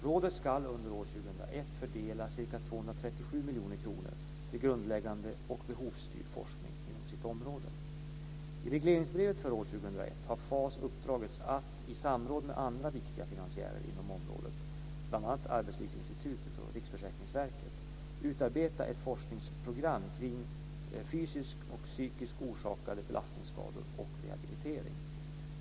Rådet ska under år 2001 fördela ca 237 miljoner kronor till grundläggande och behovsstyrd forskning inom sitt område. I regleringsbrevet för år 2001 har FAS uppdragits att i samråd med andra viktiga finansiärer inom området, bl.a. Arbetslivsinstitutet och Riksförsäkringsverket, utarbeta ett forskningsprogram kring fysiskt och psykiskt orsakade belastningsskador och rehabilitering.